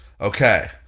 Okay